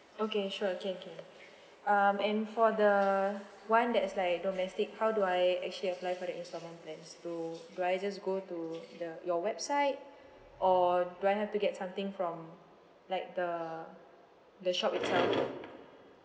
okay sure can can um and for the one that is like domestic how do I actually apply for the instalment plans do do I just go to the your website or do I have to get something from like the the shop itself